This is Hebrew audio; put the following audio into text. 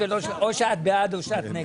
בריבית ובאינפלציה כדי לתמוך בשוק הדיור.